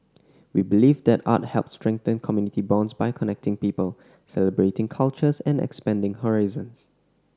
we believe that art helps strengthen community bonds by connecting people celebrating cultures and expanding horizons